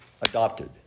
adopted